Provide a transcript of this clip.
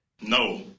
No